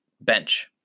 bench